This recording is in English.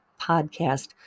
podcast